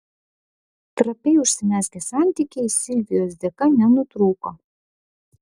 trapiai užsimezgę santykiai silvijos dėka nenutrūko